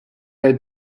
had